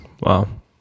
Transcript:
wow